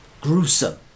gruesome